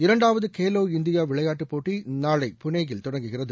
இரண்டாவது கேலோ இந்தியா விளையாட்டுப் போட்டி நாளை புனேயில் தொடங்குகிறது